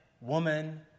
woman